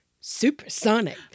Supersonic